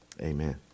Amen